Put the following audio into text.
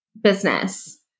business